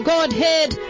Godhead